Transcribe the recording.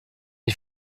ich